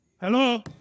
Hello